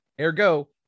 Ergo